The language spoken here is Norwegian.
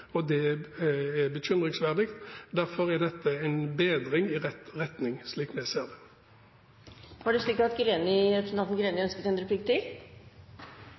og det er bekymringsfullt. Men dette er en bedring i rett retning, slik jeg ser det.